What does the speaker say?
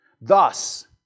Thus